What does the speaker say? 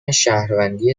شهروندی